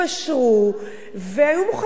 והיו מוכנים לעבוד בכל מחיר,